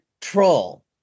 troll